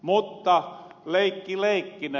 mutta leikki leikkinä